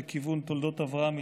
לכיוון תולדות אברהם יצחק,